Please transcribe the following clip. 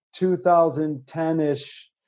2010-ish